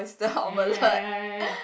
ya ya ya ya ya ya